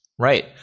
Right